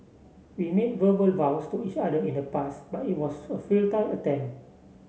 we made verbal vows to each other in the past but it was a futile attempt